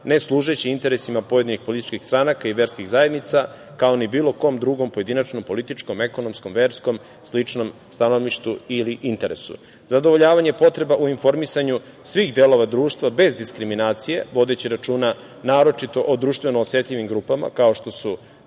ne služeći interesima pojedinih političkih stranaka i verskih zajednica, kao ni bilo kom drugom pojedinačnom političkom, ekonomskom, verskom, sličnom stanovištu ili interesu; Zadovoljavanje potreba u informisanju svih delova društva bez diskriminacije, vodeći računa naročito o društveno osetljivim grupama kao što su